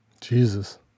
Jesus